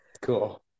Cool